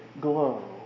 glow